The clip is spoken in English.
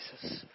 Jesus